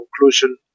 conclusion